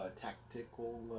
tactical